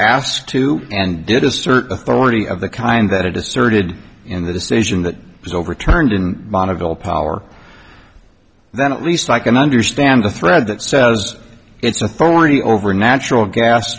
asked to and did a search for any of the kind that it asserted in the decision that was overturned in bonneville power then at least i can understand the thread that says it's authority over natural gas